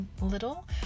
little